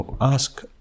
ask